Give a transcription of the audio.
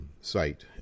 site